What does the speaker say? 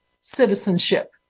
citizenship